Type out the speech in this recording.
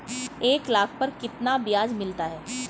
एक लाख पर कितना ब्याज मिलता है?